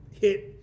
hit